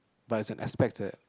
but is an aspect that